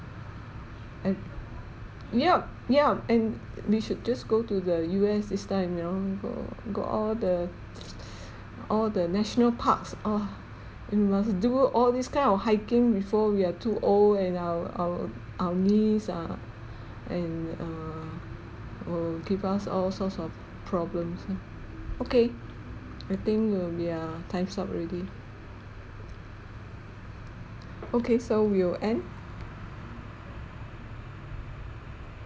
and yup yup and we should just go to the U_S this time you know go go all the all the national parks oh !wah! we must do all these kind of hiking before we are too old and our our our knees are and err will give us all sorts of problems ha okay I think we're we are times up already okay so we will end